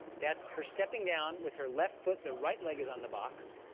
that's her stepping down with her left foot. the right leg is on the box.